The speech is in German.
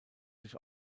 sich